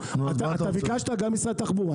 ביקשת גם ממשרד התחבורה